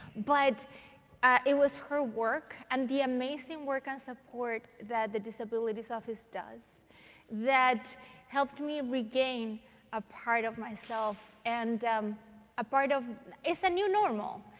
but it was her work and the amazing work and support that the disabilities office does that helped me regain a part of myself and a part of it's a new normal.